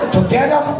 Together